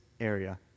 area